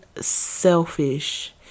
selfish